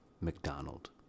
McDonald